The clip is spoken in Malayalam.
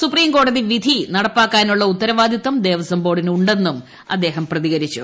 സുപ്രീം കോടതി വിധി നടപ്പാക്കാനുള്ള ഉത്തരവാദിത്തം ദേവസിട്ടു ബോർഡിനുണ്ടെന്നും അദ്ദേഹം പ്രതികരിച്ചു